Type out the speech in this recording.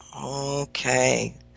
Okay